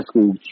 school